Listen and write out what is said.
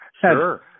Sure